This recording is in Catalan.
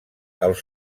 els